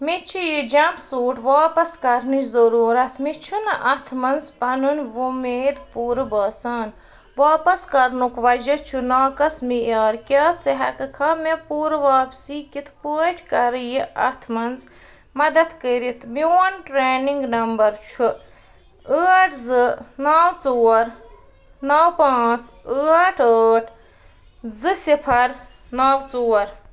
مےٚ چھُ یہِ جَمپ سوٗٹ واپَس کَرنٕچ ضٔروٗرَتھ مےٚ چھُنہٕ اَتھ منٛز پَنُن وۄمید پوٗرٕ باسان واپَس کَرنُک وجہ چھُ ناقص معیار کیٛاہ ژٕ ہٮ۪کہٕ کھا مےٚ پوٗرٕ واپسی کِتھ پٲٹھۍ کَرٕ یہِ اَتھ منٛز مدتھ کٔرِتھ میون ٹرٛینِنٛگ نمبَر چھُ ٲٹھ زٕ نَو ژور نَو پانٛژھ ٲٹھ ٲٹھ زٕ صِفَر نَو ژور